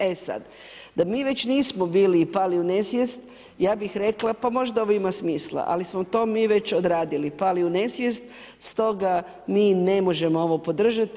E sad da mi već nismo bili pali u nesvijest, ja bih rekla pa možda ovo ima smisla, ali smo to mi već odradili, pali u nesvijest, stoga mi ne možemo ovo podržati.